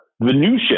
Venusian